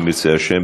אם ירצה השם,